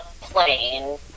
plane